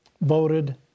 voted